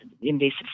Invasive